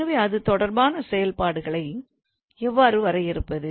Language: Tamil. எனவே அது தொடர்பான செயல்பாடுகளை எவ்வாறு வரையறுப்பது